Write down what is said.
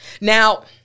Now